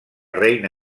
reina